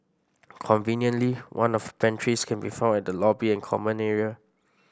conveniently one of pantries can be found at the lobby and common area